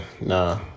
nah